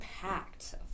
packed